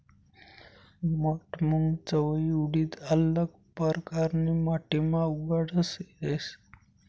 मठ, मूंग, चवयी, उडीद आल्लग परकारनी माटीमा उगाडता येस